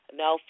no